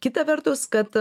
kita vertus kad